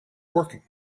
working